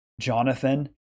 Jonathan